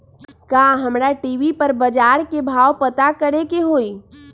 का हमरा टी.वी पर बजार के भाव पता करे के होई?